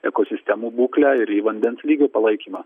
ekosistemų būklę ir į vandens lygio palaikymą